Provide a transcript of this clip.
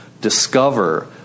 discover